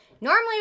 Normally